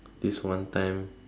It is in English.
this one time